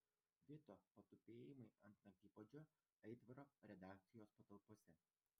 vito patupėjimai ant naktipuodžio aitvaro redakcijos patalpose